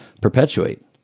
perpetuate